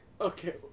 Okay